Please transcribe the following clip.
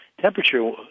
temperature